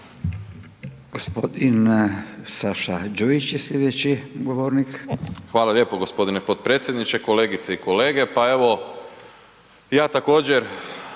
vam lijepa gospodine potpredsjedniče. Kolegice i kolege